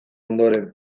ondoren